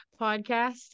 podcast